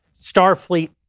Starfleet